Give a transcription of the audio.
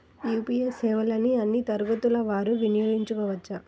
UPI సేవలని అన్నీ తరగతుల వారు వినయోగించుకోవచ్చా?